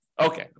Okay